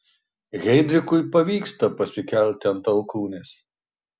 heidrichui pavyksta pasikelti ant alkūnės